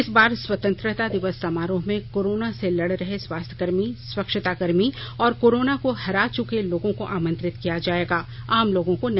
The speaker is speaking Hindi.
इस बार स्वतंत्रता दिवस समारोह में कोरोना से लड़ रहे स्वास्थ्यकर्मी स्वच्छताकर्मी और कोरोना को हरा चुके लोगों को आमंत्रित किया जायेगा आम लोगों को नहीं